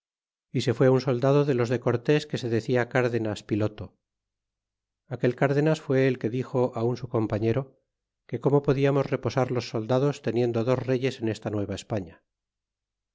y se fue un soldado de los de cortés que se decia cárdenas piloto aquel cárdenas fue el que dixo un su compañero que como podiamos reposar los soldados teniendo dos reyes en esta